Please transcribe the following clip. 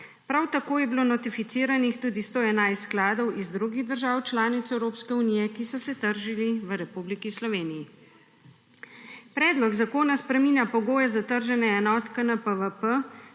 Prav tako je bilo notificiranih tudi 111 skladov iz drugih držav članic EU, ki so se tržili v Republiki Sloveniji. Predlog zakona spreminja pogoje za trženje enot KNPVP